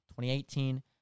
2018